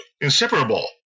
inseparable